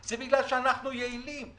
זה בגלל שאנחנו יעילים,